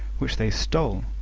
which they stole,